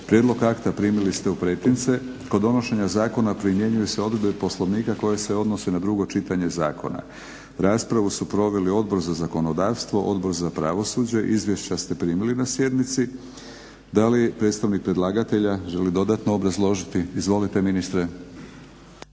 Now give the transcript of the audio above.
Prijedlog akta primili ste u pretince. Kod donošenja zakona primjenjuju se odredbe Poslovnika koje se odnose na drugo čitanje zakona. Raspravu su proveli Odbor za zakonodavstvo, Odbor za pravosuđe. Izvješća ste primili na sjednici. Da li predstavnik predlagatelja želi dodatno obrazložiti? Izvolite ministre.